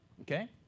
Okay